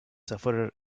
sufferer